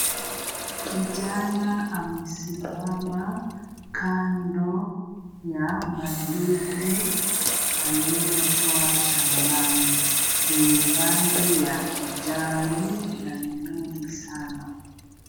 Kijana amesimama kando ya mandizi aliyotoa shambani yenye rangi ya kijani mengi sana.